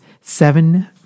seven